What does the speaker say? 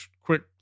quick